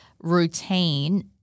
routine